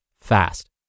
fast